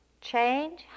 Change